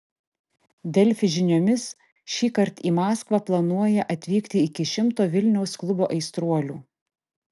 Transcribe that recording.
delfi žiniomis šįkart į maskvą planuoja atvykti iki šimto vilniaus klubo aistruolių